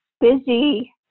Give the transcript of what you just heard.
busy